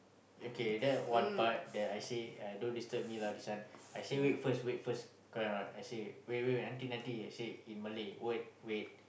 okay that one part that I say I don't disturb me lah this one I say wait first wait first correct or not I say wait wait wait nanti nanti in Malay wait wait